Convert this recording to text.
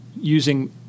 using